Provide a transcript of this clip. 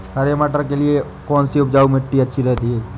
हरे मटर के लिए कौन सी उपजाऊ मिट्टी अच्छी रहती है?